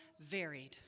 varied